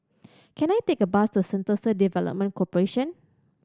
can I take a bus to Sentosa Development Corporation